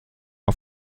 auf